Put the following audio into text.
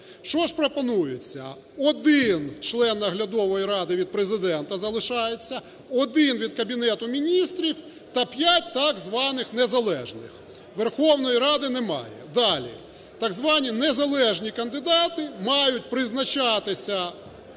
Що ж пропонується? Один член наглядової ради від Президента залишається, один – від Кабінету Міністрів та 5 – так званих незалежних. Верховної Ради немає. Далі. Так звані незалежні кандидати мають призначатися